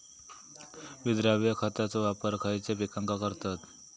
विद्राव्य खताचो वापर खयच्या पिकांका करतत?